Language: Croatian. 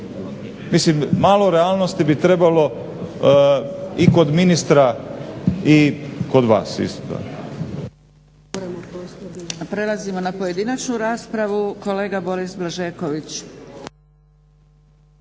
Mislim, malo realnosti bi trebalo i kod ministra i kod vas